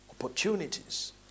opportunities